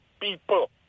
people